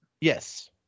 Yes